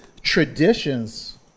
traditions